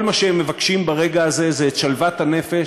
וכל מה שהם מבקשים ברגע הזה זה את שלוות הנפש,